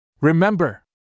Remember